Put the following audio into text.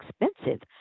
expensive